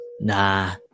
nah